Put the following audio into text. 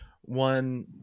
one